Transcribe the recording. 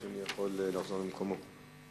אדוני יכול לחזור למקומו.